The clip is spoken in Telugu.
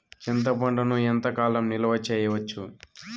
చింతపండును ఎంత కాలం నిలువ చేయవచ్చు?